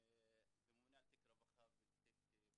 בעזרת ה', ממונה על תיק הרווחה ותיק הבריאות.